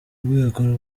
rwego